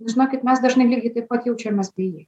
žinokit mes dažnai lygiai taip pat jaučiamės bejėgiai